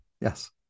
Yes